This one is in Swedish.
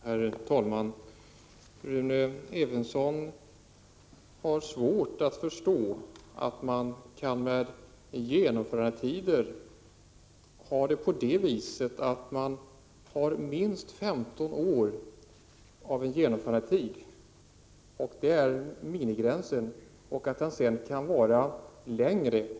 Herr talman! Rune Evensson har svårt att förstå att en genomförandetid kan ha minimigränsen 15 år och göras längre.